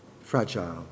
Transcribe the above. Fragile